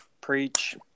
Preach